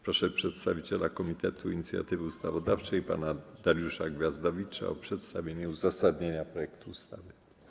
Proszę przedstawiciela Komitetu Inicjatywy Ustawodawczej pana Dariusza Gwiazdowicza o przedstawienie uzasadnienia projektu ustawy.